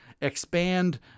expand